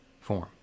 form